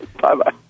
bye-bye